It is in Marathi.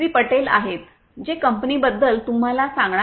पटेल आहेत जे कंपनीबद्दल तुम्हाला सांगणार आहेत